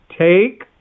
Take